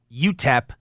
UTEP